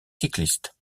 cyclistes